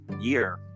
year